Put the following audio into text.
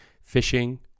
fishing